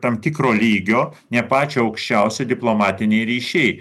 tam tikro lygio ne pačio aukščiausio diplomatiniai ryšiai